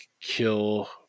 kill